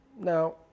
Now